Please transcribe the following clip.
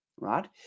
right